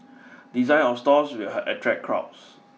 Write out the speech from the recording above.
design of stores will attract crowds